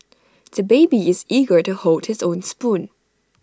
the baby is eager to hold his own spoon